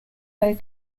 fire